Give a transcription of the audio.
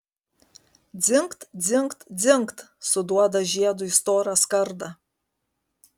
dzingt dzingt dzingt suduoda žiedu į storą skardą